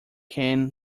can